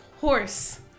horse